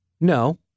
No